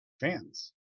fans